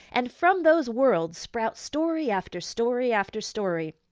and from those worlds sprout story, after story, after story.